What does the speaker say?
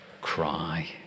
cry